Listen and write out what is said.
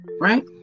Right